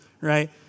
right